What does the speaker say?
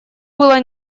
было